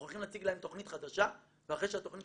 אנחנו הולכים להציג להם תכנית חדשה ואחרי שהתכנית